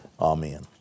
amen